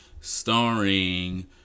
Starring